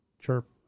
Chirp